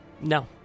No